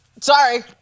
Sorry